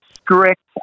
strict